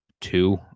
two